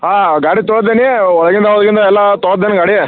ಹಾಂ ಗಾಡಿ ತೊಳ್ದೆನೀ ಹೊರ್ಗಿಂದ ಒಳ್ಗಿಂದ ಎಲ್ಲ ತೊಳ್ದೆನಿ ಗಾಡಿ